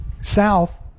South